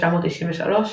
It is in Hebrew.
נוסדה ב־1993,